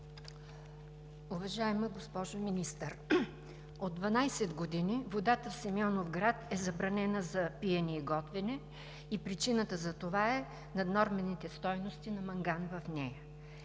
Уважаема госпожо Министър, от 12 години водата в Симеоновград е забранена за пиене и готвене и причината за това са наднормените стойности на манган в нея.